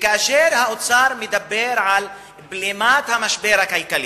כאשר האוצר מדבר על בלימת המשבר הכלכלי,